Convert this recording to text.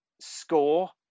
score